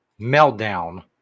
meltdown